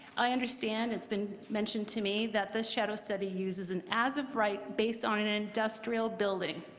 i understand it's been mentioned to me that the shadow study uses an as of right based on an industrial building.